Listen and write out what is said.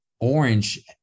Orange